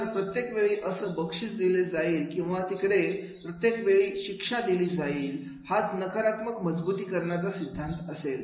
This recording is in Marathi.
तर प्रत्येक वेळी असं बक्षीस दिले जाईल किंवा तिकडे प्रत्येक वेळी शिक्षा दिली जाईल हाच नकारात्मक मजबुतीकरणाचा सिद्धांत असेल